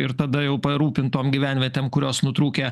ir tada jau parūpint tom gyvenvietėm kurios nutrūkę